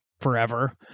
forever